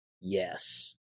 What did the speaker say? Yes